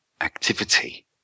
activity